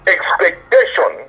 Expectation